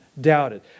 doubted